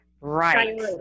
Right